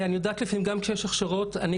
אני יודעת שלפעמים גם כשיש הכשרות - וגם